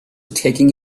taking